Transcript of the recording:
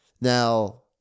Now